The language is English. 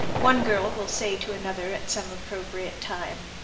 one girl will say to another at some appropriate time,